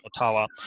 Ottawa